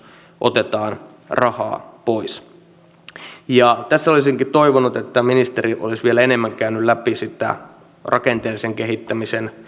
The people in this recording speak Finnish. otetaan rahaa pois tässä olisinkin toivonut että ministeri olisi vielä enemmän käynyt läpi niitä rakenteellisen kehittämisen